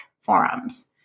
forums